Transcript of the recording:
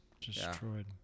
destroyed